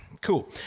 cool